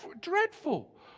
dreadful